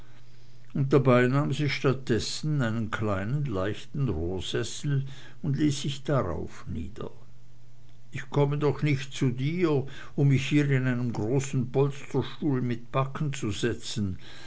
und dabei nahm sie statt dessen einen kleinen leichten rohrsessel und ließ sich drauf nieder ich komme doch nicht zu dir um mich hier in einen großen polsterstuhl mit backen zu setzen